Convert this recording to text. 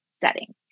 setting